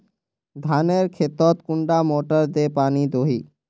धानेर खेतोत कुंडा मोटर दे पानी दोही?